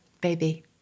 baby